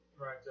Right